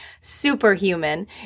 superhuman